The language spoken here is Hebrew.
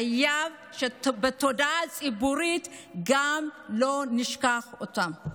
חייבים שגם בתודעה הציבורית לא נשכח אותם.